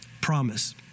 promise